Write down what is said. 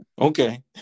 Okay